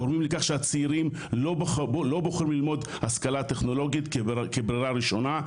גורמים לכך שהצעירים לא בוחרים ללמוד השכלה טכנולוגית כברירה ראשונה,